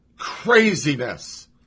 Craziness